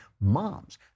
moms